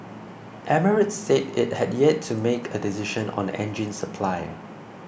emirates said it had yet to make a decision on engine supplier